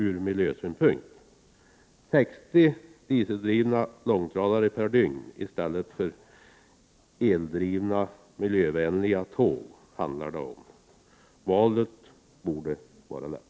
Det handlar om 60 dieseldrivna långtradare per dygn i stället för eldrivna miljövänliga tåg. Valet borde vara lätt.